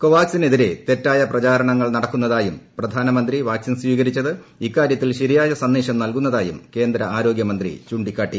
കോവാക്സിനെതിരെ തെറ്റായ പ്രചാരണങ്ങൾ നടക്കുന്നതായും പ്രധാനമന്ത്രി വാക്സിൻ സ്വീകരിച്ചത് ഇക്കാരൃത്തിൽ ശരിയായ സ്പ്രന്ദേശം നൽകുന്നതായും കേന്ദ്ര ആരോഗൃമന്ത്രി ചൂണ്ടിക്കാട്ടി